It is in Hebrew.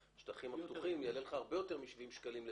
בשטחים הפתוחים יעלה לך הרבה יותר מ-70 שקלים לטון.